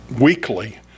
weekly